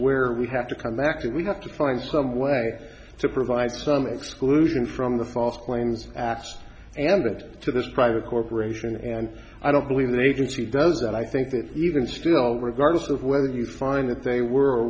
where we have to come back to we have to find some way to provide some exclusion from the false claims act and that to this private corporation and i don't believe the agency does that i think that even still regardless of whether you find that they were